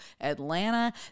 Atlanta